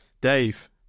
Dave